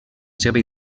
seva